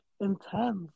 intense